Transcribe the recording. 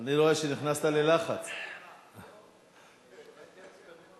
אני רואה שמ-94 חברים בקואליציה יש רק שניים כאן.